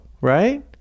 right